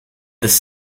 this